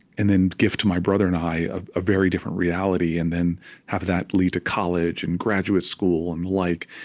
and then give to my brother and i a very different reality and then have that lead to college and graduate school and the like.